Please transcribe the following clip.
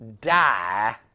die